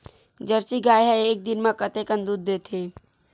Jersey गाय ह एक दिन म कतेकन दूध देथे?